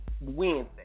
Wednesday